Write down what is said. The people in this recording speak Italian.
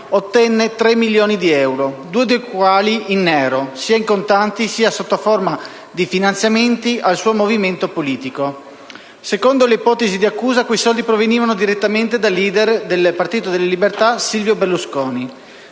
ottenne 3 milioni di euro, 2 dei quali in nero, sia in contanti sia sotto forma di finanziamenti al suo movimento politico. Secondo le ipotesi di accusa quei soldi provenivano direttamente dal *leader* del Popolo della Libertà Silvio Berlusconi.